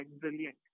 brilliant